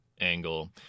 angle